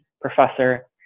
professor